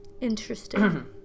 Interesting